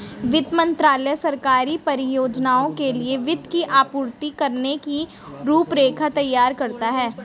वित्त मंत्रालय सरकारी परियोजनाओं के लिए वित्त की आपूर्ति करने की रूपरेखा तैयार करता है